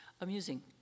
amusing